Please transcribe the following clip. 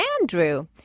Andrew